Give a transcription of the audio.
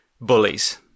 bullies